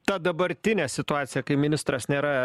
ta dabartinė situacija kai ministras nėra